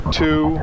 two